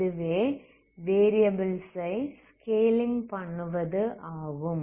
இதுவே வேரியபில்ஸ் ஐ ஸ்கேலிங் பண்ணுவது ஆகும்